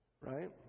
Right